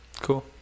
Cool